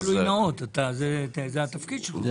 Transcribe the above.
זה לא גילוי נאות, זה התפקיד שלך.